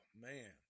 man